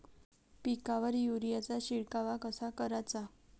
पिकावर युरीया चा शिडकाव कसा कराचा?